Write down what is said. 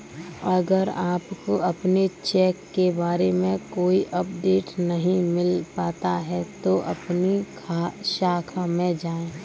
अगर आपको अपने चेक के बारे में कोई अपडेट नहीं मिल पाता है तो अपनी शाखा में आएं